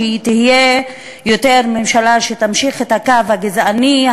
שתהיה ממשלה שתמשיך יותר את הקו הגזעני,